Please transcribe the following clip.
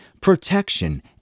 protection